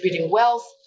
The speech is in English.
wealth